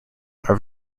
are